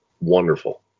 wonderful